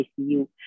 ICU